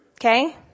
okay